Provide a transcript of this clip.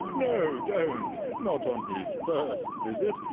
no, don't not on his first visit.